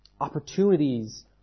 opportunities